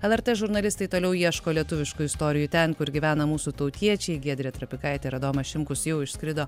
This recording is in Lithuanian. lrt žurnalistai toliau ieško lietuviškų istorijų ten kur gyvena mūsų tautiečiai giedrė trapikaitė ir adomas šimkus jau išskrido